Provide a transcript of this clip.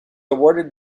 awarded